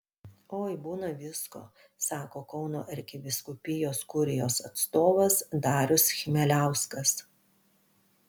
oi būna visko sako kauno arkivyskupijos kurijos atstovas darius chmieliauskas